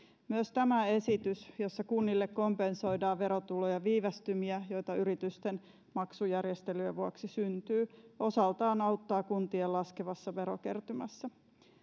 myös tämä esitys jossa kunnille kompensoidaan verotulojen viivästymiä joita yritysten maksujärjestelyjen vuoksi syntyy osaltaan auttaa kuntien laskevassa verokertymässä